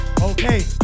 Okay